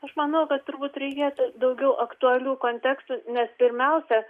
aš manau kad turbūt reikėtų daugiau aktualių kontekstų nes pirmiausia